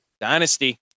Dynasty